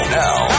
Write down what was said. now